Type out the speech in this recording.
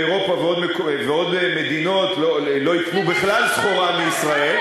באירופה ובעוד מדינות לא יקנו בכלל סחורה מישראל.